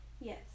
Yes